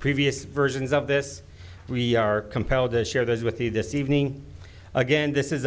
previous versions of this we are compelled to share those with you this evening again this is